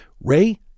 Ray